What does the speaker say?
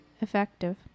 effective